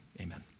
amen